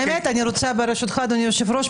ברשותך אדוני היושב-ראש,